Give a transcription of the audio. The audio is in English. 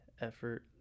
effort